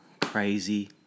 crazy